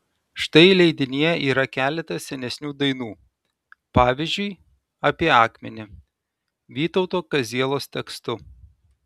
štai leidinyje yra keletas senesnių dainų pavyzdžiui apie akmenį vytauto kazielos tekstu